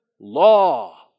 Law